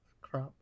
crap